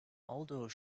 although